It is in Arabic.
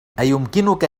أيمكنك